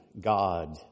God